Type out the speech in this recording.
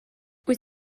wyt